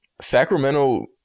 Sacramento